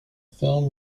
film